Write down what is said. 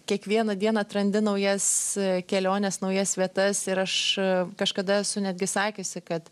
kiekvieną dieną atrandi naujas keliones naujas vietas ir aš kažkada esu netgi sakiusi kad